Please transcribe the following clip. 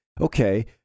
okay